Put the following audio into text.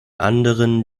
anderen